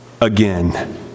Again